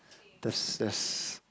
that's that's